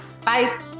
Bye